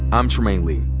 i'm trymaine lee.